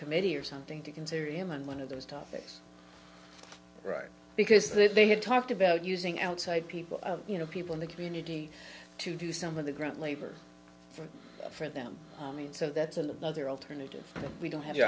committee or something to consider him and one of those topics right because they have talked about using outside people you know people in the community to do some of the grunt labor for them i mean so that's a rather alternative we don't have you